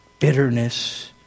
bitterness